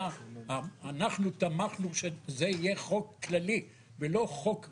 אנחנו תמכנו שזה יהיה חוק כללי ולא חוק מגזרי,